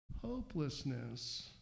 hopelessness